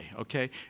okay